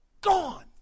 gone